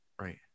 right